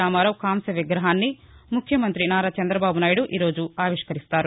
రామారావు కాంస్య విగ్రహాన్ని ముఖ్యమంత్రి చంద్రబాబు నాయుడు ఈ రోజు ఆవిష్కరిస్తారు